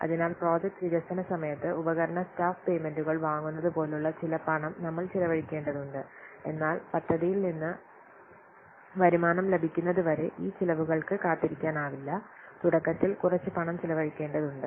അതിനാൽ പ്രോജക്റ്റ് വികസന സമയത്ത് ഉപകരണ സ്റ്റാഫ് പേയ്മെന്റുകൾ വാങ്ങുന്നത് പോലുള്ള ചില പണം നമ്മൾ ചെലവഴിക്കേണ്ടതുണ്ട് എന്നാൽ പദ്ധതിയിൽ നിന്ന് വരുമാനം ലഭിക്കുന്നതുവരെ ഈ ചെലവുകൾക്ക് കാത്തിരിക്കാനാവില്ല തുടക്കത്തിൽ കുറച്ച് പണം ചിലവഴിക്കേണ്ടതുണ്ട്